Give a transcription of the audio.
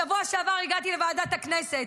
אז בשבוע שעבר הגעתי לוועדת הכנסת.